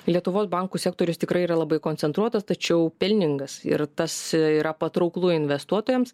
lietuvos bankų sektorius tikrai yra labai koncentruotas tačiau pelningas ir tas yra patrauklu investuotojams